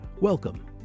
Welcome